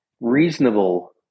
reasonable